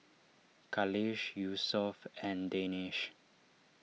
Khalish Yusuf and Danish